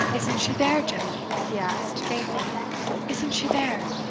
isn't she there, jemmy? he asked, faintly isn't she there?